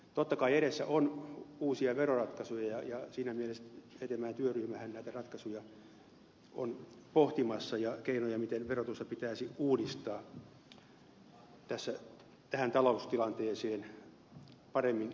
totta kai edessä on uusia veroratkaisuja ja siinä mielessä hetemäen työryhmähän näitä ratkaisuja on pohtimassa ja keinoja miten verotusta pitäisi uudistaa tähän taloustilanteeseen paremmin sopivaksi